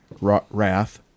Wrath